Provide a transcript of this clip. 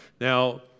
Now